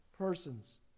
persons